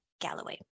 Galloway